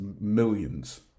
millions